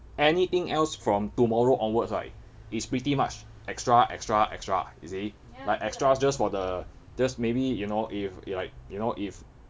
anything else from tomorrow onwards right is pretty much extra extra extra you see like extras just for the just maybe you know if like you know if